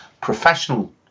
professional